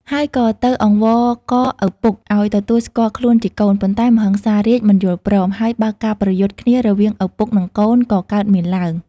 ហើយក៏ទៅអង្វរករឪពុកឱ្យទទួលស្គាល់ខ្លួនជាកូន ប៉ុន្តែមហិង្សារាជមិនយល់ព្រម ហើយបើកការប្រយុទ្ធគ្នារវាងឪពុកនឹងកូនក៏កើតមានឡើង។